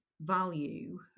value